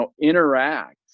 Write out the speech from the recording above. interact